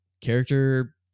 character-